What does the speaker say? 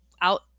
out